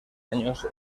años